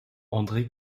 andré